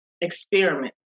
experiment